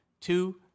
Two